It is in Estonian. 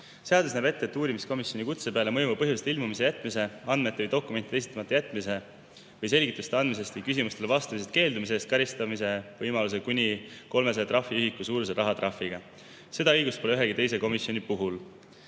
Seadus näeb ette uurimiskomisjoni kutse peale mõjuva põhjuseta ilmumata jätmise, andmete ja dokumentide esitamata jätmise või selgituste andmisest või küsimustele vastamisest keeldumise eest võimaluse karistada kuni 300 trahviühiku suuruse rahatrahviga. Seda õigust pole ühegi teise komisjoni puhul.